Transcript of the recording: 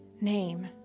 name